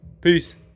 Peace